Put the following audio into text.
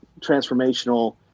transformational